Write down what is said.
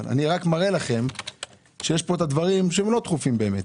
אבל אני רק מראה לכם שיש פה את הדברים שהם לא דחופים באמת,